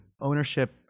Ownership